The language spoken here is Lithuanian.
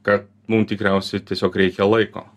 kad mum tikriausiai tiesiog reikia laiko